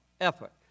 effort